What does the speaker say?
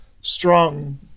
strong